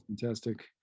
fantastic